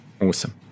Awesome